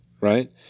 right